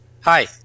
hi